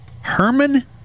Herman